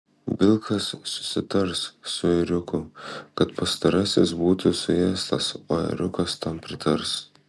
vilkas susitars su ėriuku kad pastarasis būtų suėstas o ėriukas tam pritars